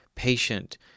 patient